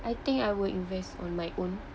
I think I would invest on my own